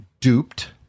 duped